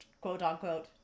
quote-unquote